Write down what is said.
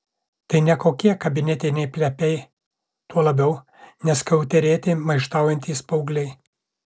tai ne kokie kabinetiniai plepiai tuo labiau ne skiauterėti maištaujantys paaugliai